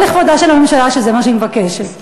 לכבודה של הממשלה שזה מה שהיא מבקשת.